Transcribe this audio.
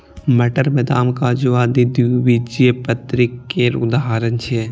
मटर, बदाम, काजू आदि द्विबीजपत्री केर उदाहरण छियै